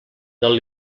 del